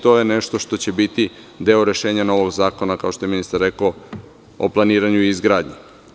To je nešto što će biti deo rešenja novog zakona, kao što je ministar rekao, o planiranju i izgradnji.